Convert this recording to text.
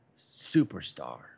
superstar